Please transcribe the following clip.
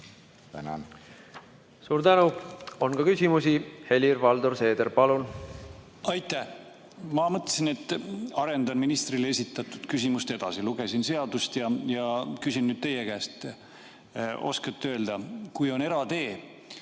Suur tänu! On ka küsimusi. Helir-Valdor Seeder, palun! Aitäh! Ma mõtlesin, et arendan ministrile esitatud küsimust edasi. Lugesin seadust ja küsin nüüd teie käest. Oskate öelda, kui on eratee